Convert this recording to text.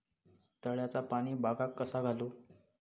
तळ्याचा पाणी बागाक कसा घालू?